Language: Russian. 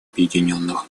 объединенных